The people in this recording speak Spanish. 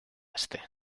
este